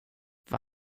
vad